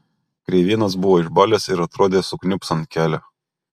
kreivėnas buvo išbalęs ir atrodė sukniubs ant kelio